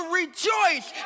rejoice